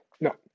No